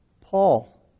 Paul